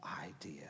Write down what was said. idea